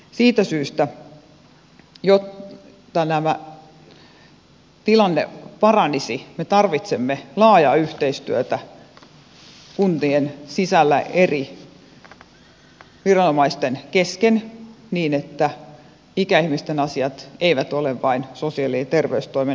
siitä syystä jotta tämä tilanne paranisi me tarvitsemme laajaa yhteistyötä kuntien sisällä eri viranomaisten kesken niin että ikäihmisten asiat eivät ole vain sosiaali ja terveystoimen asioita